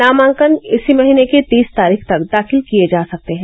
नामांकन इस महीने की तीस तारीख तक दाखिल किये जा सकते हैं